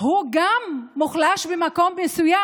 הוא גם מוחלש במקום מסוים: